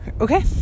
okay